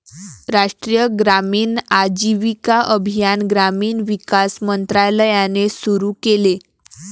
राष्ट्रीय ग्रामीण आजीविका अभियान ग्रामीण विकास मंत्रालयाने सुरू केले